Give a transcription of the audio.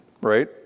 right